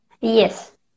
Yes